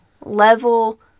level